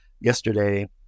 yesterday